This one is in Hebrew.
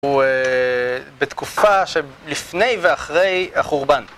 הוא בתקופה שלפני ואחרי החורבן.